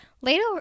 Later